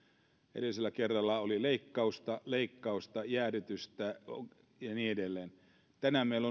edellisellä kerralla oli leikkausta leikkausta jäädytystä ja niin edelleen tänään meillä